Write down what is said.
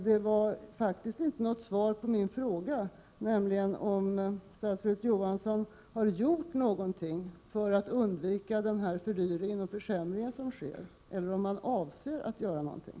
Det var emellertid inte något svar på min fråga, nämligen om statsrådet Johansson har gjort något för att undvika den fördyring och försämring som sker, eller om han avser att göra någonting.